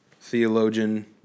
theologian